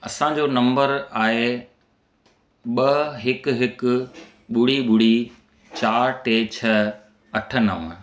असांजो नंबर आहे ॿ हिकु हिकु ॿुड़ी ॿुड़ी चारि टे छह अठ नव